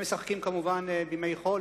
הם משחקים, כמובן, בימי חול.